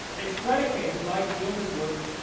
it's predicated like jung's work,